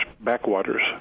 backwaters